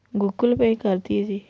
Google Pay ਕਰ ਦੀਏ ਜੀ